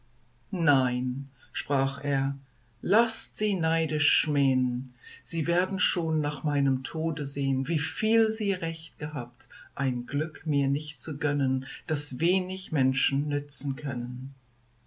nein sprach er laßt sie neidisch schmähn sie werden schon nach meinem tode sehn wieviel sie recht gehabt ein glück mir nicht zu gönnen das wenig menschen nützen können